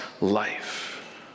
life